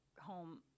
home